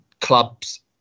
clubs